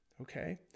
okay